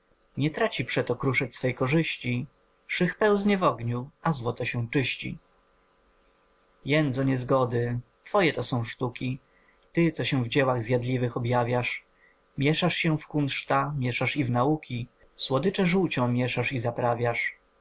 nie traci przeto kruszec swej korzyści szych pełznie w ogniu a złoto się czyści jędzo niezgody twoje to są sztuki ty co się w dziełach zjadliwych objawiasz mieszasz się w kunszta mięszasz i w nauki słodycze żółcią mięszasz i zaprawiasz